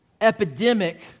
epidemic